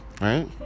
Right